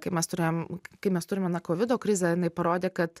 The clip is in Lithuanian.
kai mes turėjom kai mes turime na kovido krizę jinai parodė kad